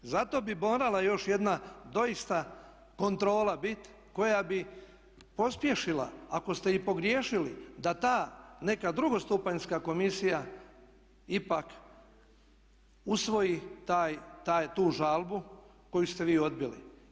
Zato bi morala još jedna doista kontrola biti koja bi pospješila ako ste i pogriješili da ta neka drugo stupanjska komisija ipak usvoji tu žalbu koju ste vi odbili.